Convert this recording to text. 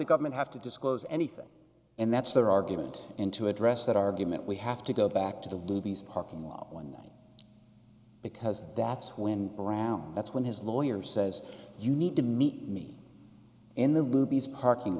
the government have to disclose anything and that's their argument and to address that argument we have to go back to the ladies parking lot one night because that's when brown that's when his lawyer says you need to meet me in the luby's parking